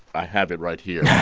i have it right here.